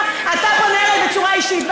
אתה פונה אלי בצורה אישית,